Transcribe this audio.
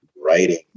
writing